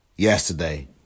yesterday